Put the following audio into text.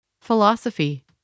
Philosophy